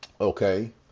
okay